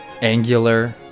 Angular